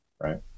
right